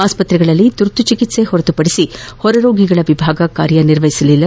ಆಸ್ಪತ್ರೆಗಳಲ್ಲಿ ತುರ್ತು ಚಿಕಿತ್ಸೆ ಹೊರತುಪದಿಸಿ ಹೊರೋಗಿಗಳ ವಿಭಾಗ ಕಾರ್ಯ ನಿರ್ವಹಿಸಲಿಲ್ಲ